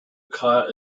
caught